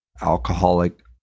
alcoholic